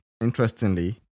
interestingly